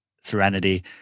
serenity